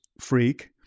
freak